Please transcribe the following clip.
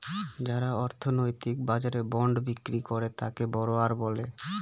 যারা অর্থনৈতিক বাজারে বন্ড বিক্রি করে তাকে বড়োয়ার বলে